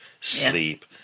sleep